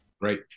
Great